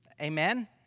Amen